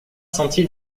sentier